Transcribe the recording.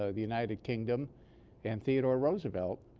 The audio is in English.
so the united kingdom and theodore roosevelt